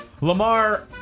Lamar